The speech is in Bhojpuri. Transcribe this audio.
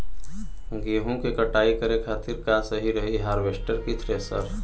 गेहूँ के कटाई करे खातिर का सही रही हार्वेस्टर की थ्रेशर?